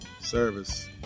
Service